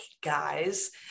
guys